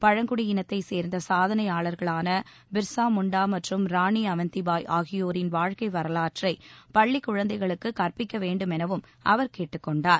பழங்குடியினத்தைச் சேர்ந்த சாதனையாளர்களான பிர்சா முண்டா மற்றும் ராணி அவந்திபாய் ஆகியோரின் வாழ்க்கை வரலாற்றை பள்ளிக் குழந்தைகளுக்கு கற்பிக்க வேண்டும் எனவும் அவர் கேட்டுக் கொண்டார்